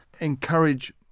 encourage